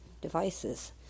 devices